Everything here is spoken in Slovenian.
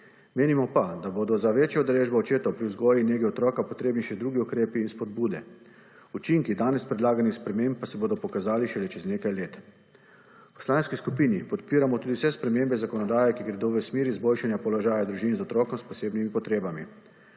Menimo pa, da bodo za večjo udeležbo očetov pri vzgoji in negi otroka potrebni še drugi ukrepi in spodbude. Učinki danes predlaganih sprememb pa se bodo pokazali šele čez nekaj let. V poslanski skupini podpiramo tudi vse spremembe zakonodaje, ki gredo v smeri izboljšanja položaja v družini za otroka s posebnimi potrebami.